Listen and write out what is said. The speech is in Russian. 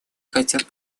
хотят